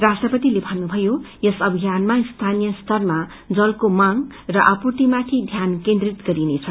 राष्ट्रपतिले भन्नुभयो यस अभ्जियानमा स्थानीय स्तरका जलको मांग र आपूर्तिमाथि ध्यान केन्द्रित गरिनेछ